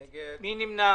איזה?